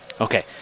Okay